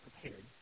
prepared